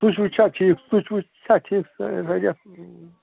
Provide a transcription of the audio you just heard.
switch وُچ چھا ٹھیٖک سُچ وُچ چھےٚ ٹھیٖک